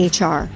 hr